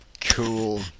Cool